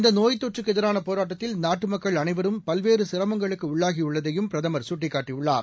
இந்த நோய் தொற்றுக்கு எதிரான போராட்டத்தில் நாட்டு மக்கள் அனைவரும் பல்வேறு சிரமங்களுக்கு உள்ளாகியுள்ளதையும் பிரதமர் சுட்டிக்காட்டியுள்ளார்